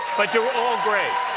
but you're all great.